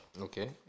okay